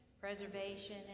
preservation